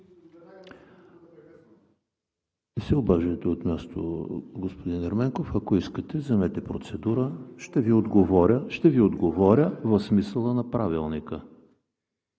Не се обаждайте от място, господин Ерменков! Ако искате, вземете процедура, ще Ви отговоря по смисъла на Правилника.